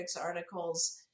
articles